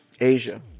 Asia